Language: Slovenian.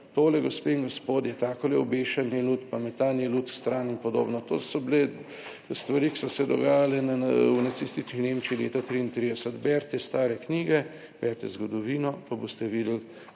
tole, gospe in gospodje, takole obešanje lutk, pa metanje lutk stran in podobno, to so bile stvari, ki so se dogajale na v nacistični Nemčiji leta 1933. Berite stare knjige, berite zgodovino, pa boste videli,